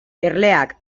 erleak